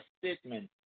statement